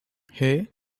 hey